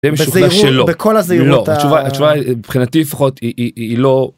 בזהירות.משוכנע שלא. בכל הזהירות. מבחינתי לפחות היא לא.